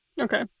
Okay